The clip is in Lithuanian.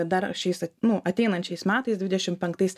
dar šiais nu ateinančiais metais dvidešimt penktais